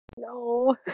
No